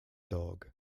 dog